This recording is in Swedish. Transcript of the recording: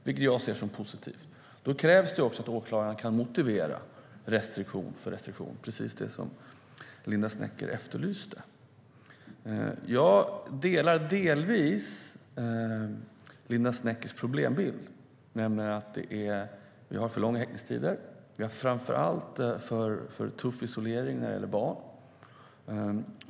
Det ser jag som positivt. Då krävs det också att åklagaren kan motivera restriktion för restriktion - precis det som Linda Snecker efterlyste. Jag delar delvis Linda Sneckers problembild. Vi har för långa häktningstider, och vi har framför allt för tuff isolering när det gäller barn.